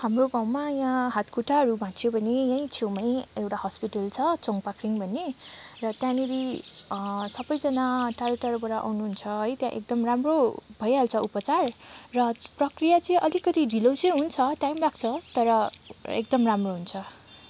हाम्रो गाँउमा यहाँ हात खुट्टाहरू भाँचियो भने यहीँ छेउमै एउटा हसपिटल छ छोङ्ग पाखरिङ्ग भन्ने र त्यहाँनिर सबैजना टाढो टाढोबाट आउनुहुन्छ है त्यहाँ एकदम राम्रो भइहाल्छ उपचार र प्रक्रिया चाहिँ अलिकति डिलो चाहिँ हुन्छ टाइम लाग्छ तर एकदम राम्रो हुन्छ